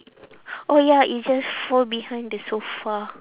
oh ya it just fall behind the sofa